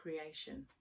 creation